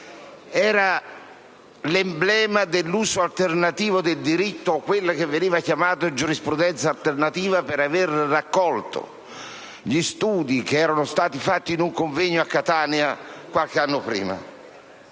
era l'emblema dell'uso alternativo del diritto, quello che veniva chiamato giurisprudenza alternativa, per aver raccolto gli studi che erano stati fatti in un convegno svoltosi a Catania qualche anno prima.